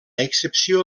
excepció